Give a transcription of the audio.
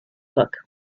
book